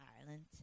Ireland